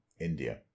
India